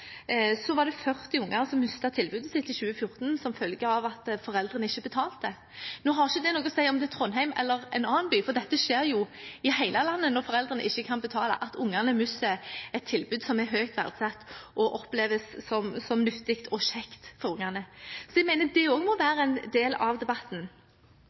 var det 40 unger som mistet tilbudet sitt i 2014 som følge av at foreldrene ikke betalte. Nå har det ikke noe å si om det er Trondheim eller en annen by, for dette skjer i hele landet når foreldrene ikke kan betale – at ungene mister et tilbud som er høyt verdsatt og oppleves som nyttig og kjekt for ungene. Jeg mener det også må være en del av den debatten.